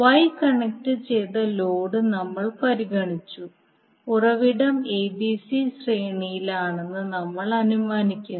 Y കണക്റ്റുചെയ്ത load നമ്മൾ പരിഗണിച്ചു ഉറവിടം abc ശ്രേണിയിലാണെന്ന് നമ്മൾ അനുമാനിക്കുന്നു